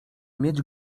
mieć